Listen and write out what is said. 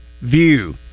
view